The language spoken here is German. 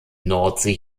nordsee